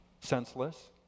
Senseless